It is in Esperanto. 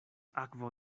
akvo